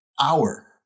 hour